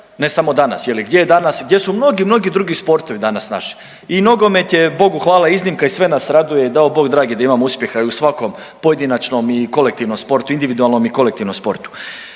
Ne samo danas. Je li gdje su mnogi, mnogi drugi sportovi danas naši? I nogomet je Bogu hvala iznimka i sve nas raduje i dao Bog dragi da imamo uspjeha i u svakom pojedinačnom i kolektivnom sportu, individualnom i kolektivnom sportu.